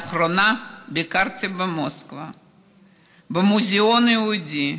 לאחרונה ביקרתי במוסקבה במוזיאון היהודי